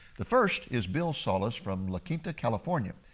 the first is bill salus from la quinta, california.